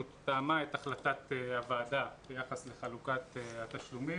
תאמה את החלטת הוועדה ביחס לחלוקת התשלומים?